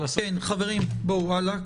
חברים, הלאה.